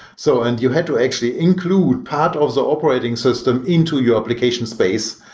so and you had to actually include part of the operating system into your application space.